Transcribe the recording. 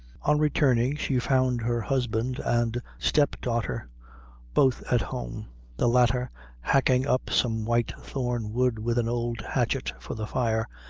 on returning, she found her husband and step-daughter both at home the latter hacking up some white thorn wood with an old hatchet, for the fire,